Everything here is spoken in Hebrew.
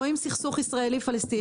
רואים סכסוך ישראלי-פלסטיני,